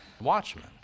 watchmen